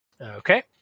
Okay